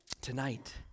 Tonight